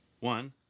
One